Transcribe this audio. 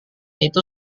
itu